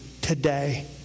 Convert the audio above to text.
today